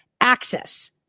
access